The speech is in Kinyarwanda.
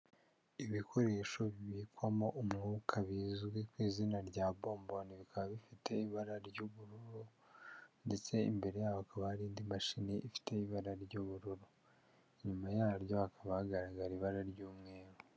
Ibikoresho bibikwamo umwuka, bizwi ku izina rya bomboni, bikaba bifite ibara ry'ubururu ndetse imbere yaho hakaba hari indi mashini ifite ibara ry'ubururu, inyuma yaryo hakaba hagaragara ibara ry'umweru.